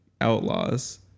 outlaws